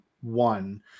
one